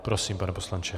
Prosím, pane poslanče.